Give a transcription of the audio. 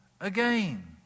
again